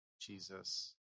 Jesus